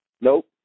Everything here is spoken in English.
Nope